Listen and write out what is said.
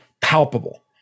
palpable